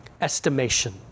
estimation